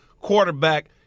quarterback